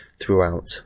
Throughout